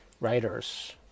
writers